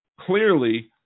clearly